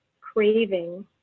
craving